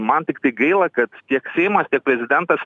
man tiktai gaila kad tiek seimas tiek prezidentas